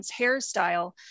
hairstyle